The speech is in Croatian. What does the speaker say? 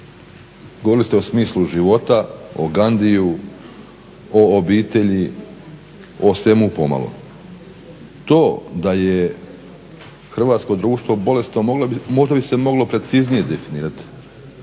govorili ste o smislu života o Gandhiju, o obitelji, o svemu pomalo, to da je Hrvatsko društvo bolesno možda bi se moglo preciznije definirati,